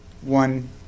one